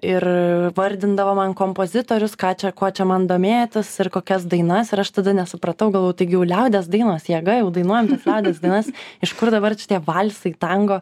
ir vardindavo man kompozitorius ką čia kuo čia man domėtis ir kokias dainas ir aš tada nesupratau galvojau taigi jau liaudies dainos jėga jau dainuojam liaudies dainas iš kur dabar čia tie valsai tango